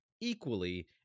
equally